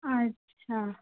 আচ্ছা